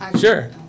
Sure